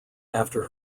after